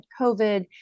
COVID